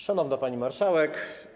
Szanowna Pani Marszałek!